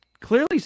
Clearly